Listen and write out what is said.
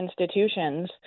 institutions